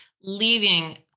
leaving